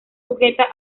sujeta